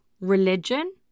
Religion